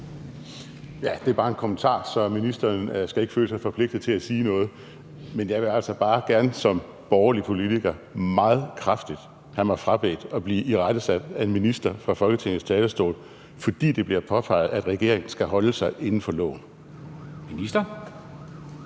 Det er bare en kommentar, så ministeren skal ikke føle sig forpligtet til at sige noget. Men jeg vil altså bare gerne som borgerlig politiker meget kraftigt have mig frabedt at blive irettesat af en minister fra Folketingets talerstol, fordi det bliver påpeget, at regeringen skal holde sig inden for loven. Kl.